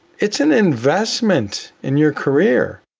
it's an investment in your career,